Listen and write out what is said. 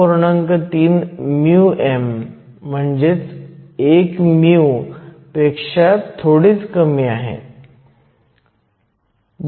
3 μm म्हणजे 1 μ पेक्षा थोडीच कमी आहे